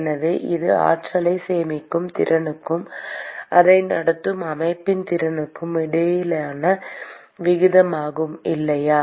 எனவே இது ஆற்றலைச் சேமிக்கும் திறனுக்கும் அதை நடத்தும் அமைப்பின் திறனுக்கும் இடையிலான விகிதமாகும் இல்லையா